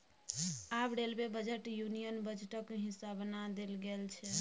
आब railway budget union बजटक हिस्सा बना देल गेल छै